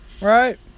Right